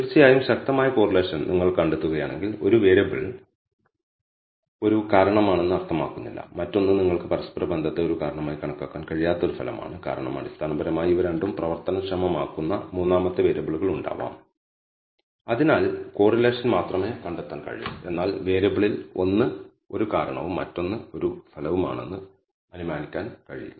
തീർച്ചയായും ശക്തമായ കോറിലേഷൻ നിങ്ങൾ കണ്ടെത്തുകയാണെങ്കിൽ ഒരു വേരിയബിൾ ഒരു കാരണമാണെന്ന് അർത്ഥമാക്കുന്നില്ല മറ്റൊന്ന് നിങ്ങൾക്ക് പരസ്പരബന്ധത്തെ ഒരു കാരണമായി കണക്കാക്കാൻ കഴിയാത്ത ഒരു ഫലമാണ് കാരണം അടിസ്ഥാനപരമായി ഇവ രണ്ടും പ്രവർത്തനക്ഷമമാക്കുന്ന മൂന്നാമത്തെ വേരിയബിൾ ഉണ്ടാകാം അതിനാൽ കോറിലേഷൻ മാത്രമേ കണ്ടെത്താൻ കഴിയൂ എന്നാൽ വേരിയബിളിൽ ഒന്ന് ഒരു കാരണവും മറ്റൊന്ന് ഒരു ഫലവുമാണെന്ന് അനുമാനിക്കാൻ കഴിയില്ല